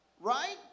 Right